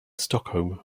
stockholm